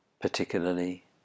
particularly